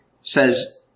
says